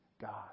God